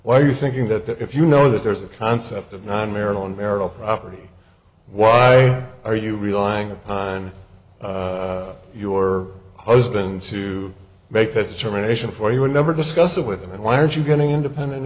why are you thinking that that if you know that there's a concept of non marital in marital property why are you relying upon your husband to make that determination for you would never discuss it with him why aren't you getting independent